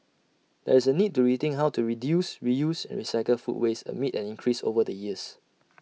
there is A need to rethink how to reduce reuse and recycle food waste amid an increase over the years